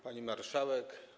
Pani Marszałek!